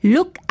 Look